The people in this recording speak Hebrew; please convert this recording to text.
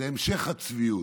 זה המשך הצביעות.